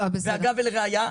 לראיה,